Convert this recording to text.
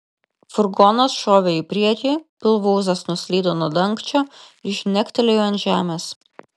furgonas šovė į priekį pilvūzas nuslydo nuo dangčio ir žnegtelėjo ant žemės